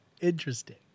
Interesting